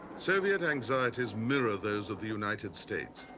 soviet anxieties mirror those of the united states.